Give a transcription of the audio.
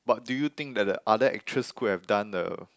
what do you think that the other actress could have done the